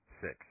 Six